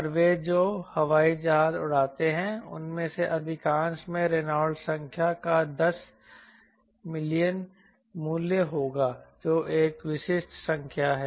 और वे जो हवाई जहाज उड़ाते हैं उनमें से अधिकांश में रेनॉल्ड्स संख्या का 10 मिलियन मूल्य होगा जो एक विशिष्ट संख्या है